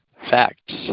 facts